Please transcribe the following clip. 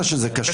קודם לכן.